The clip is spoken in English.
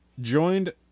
joined